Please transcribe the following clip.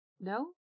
No